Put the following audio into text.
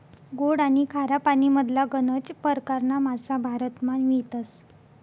गोड आनी खारा पानीमधला गनज परकारना मासा भारतमा मियतस